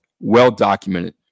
well-documented